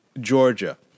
Georgia